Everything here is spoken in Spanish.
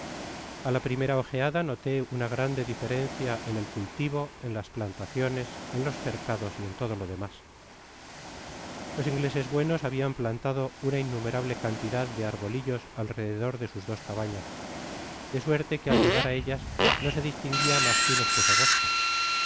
a la primera ojeada noté una grande diferencia en el cultivo en jas plantaciones en ios cercados y en lodo lo demas los ingleses buenos habian plantado una innumerablecantidad dearbolillos alrededor de sus dps cabanas de suerte que al llegar á ellas no se distintiva mas que un espeso bosque y